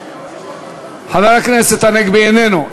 --- חבר הכנסת הנגבי איננו.